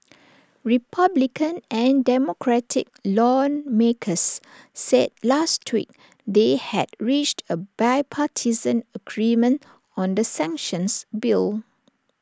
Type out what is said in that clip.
republican and democratic lawmakers said last week they had reached A bipartisan agreement on the sanctions bill